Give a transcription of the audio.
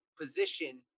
position